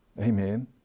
Amen